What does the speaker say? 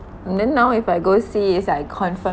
and then now if I go see let's say I confirm